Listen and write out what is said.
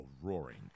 roaring